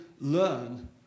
learn